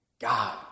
God